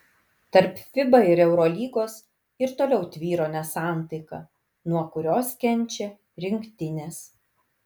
tarp fiba ir eurolygos ir toliau tvyro nesantaika nuo kurios kenčia rinktinės